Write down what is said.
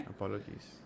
Apologies